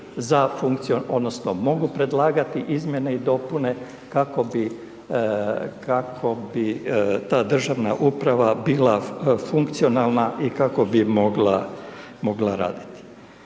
za funkciju odnosno mogu predlagati izmjene i dopune kako bi ta državna uprava bila funkcionalna i kako bi mogla raditi.